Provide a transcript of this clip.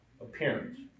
appearance